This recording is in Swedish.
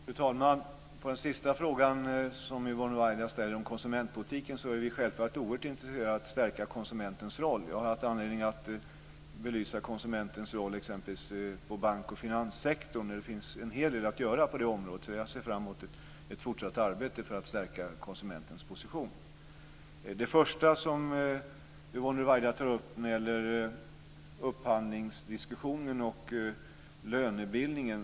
Fru talman! På den sista fråga som Yvonne Ruwaida ställer, om konsumentpolitiken, vill jag svara att vi självfallet är oerhört intresserade av att stärka konsumentens roll. Jag har haft anledning att belysa konsumentens roll i exempelvis bank och finanssektorn. Det finns en hel del att göra på det området, och jag ser fram emot ett fortsatt arbete för att stärka konsumentens position. Det första som Yvonne Ruwaida tog upp gällde upphandlingsdiskussionen och lönebildningen.